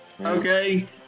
Okay